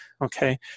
okay